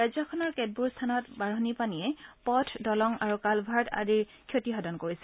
ৰাজ্যখনৰ কেতবোৰ স্থানত বাঢ়নী পানীয়ে পথ দলং আৰু কালভাৰ্ট আদিত ক্ষতিসাধন কৰিছে